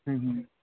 ਹਮ ਹਮ